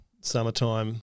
summertime